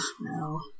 no